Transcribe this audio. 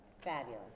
Fabulous